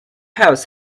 house